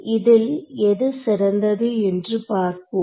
இதில் எது சிறந்தது என்று பார்ப்போம்